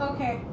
Okay